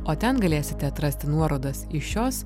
o ten galėsite atrasti nuorodas į šios